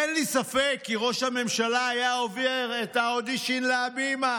אין לי ספק כי ראש הממשלה היה עובר את האודישן להבימה.